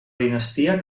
dinastia